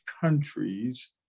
countries